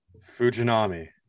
Fujinami